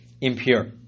impure